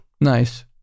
Nice